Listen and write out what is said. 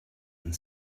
and